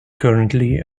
currently